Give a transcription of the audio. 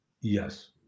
yes